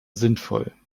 sinnvoll